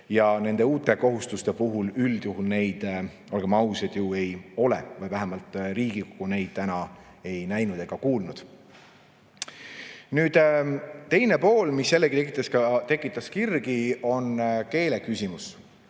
ent nende uute kohustuste puhul üldjuhul neid, olgem ausad, ei ole või vähemalt Riigikogu neid täna ei näinud ega kuulnud. Teine teema, mis samuti tekitas kirgi, on keeleküsimus.